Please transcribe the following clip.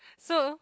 so